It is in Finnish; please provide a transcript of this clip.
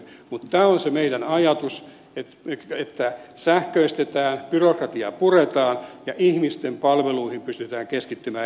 tämä on se meidän ajatuksemme että sähköistetään byrokratiaa puretaan ja ihmisten palveluihin pystytään keskittymään entistä enempi